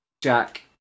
Jack